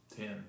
Ten